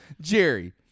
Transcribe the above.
Jerry